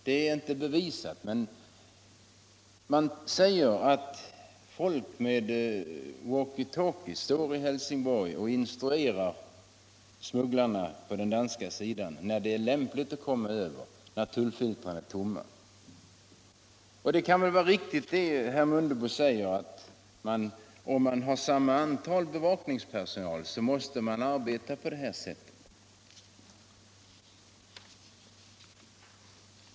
Det är inte bevisat, men det sägs att personer med walkie-talkies står i Helsingborg och instruerar smugglarna på danska sidan när det är lämpligt att komma över, när tullfiltren är tomma. Det kan väl vara riktigt som herr Mundebo säger att man, om antalet tjänstemän i bevakningsstyrkan är detsamma, måste arbeta med stickprovskontroller.